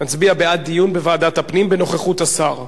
נצביע בעד דיון בוועדת הפנים בנוכחות השר.